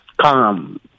calm